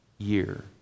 year